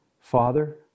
Father